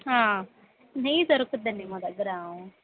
ఆ నెయ్యి దొరుకుతుందండి మా దగ్గర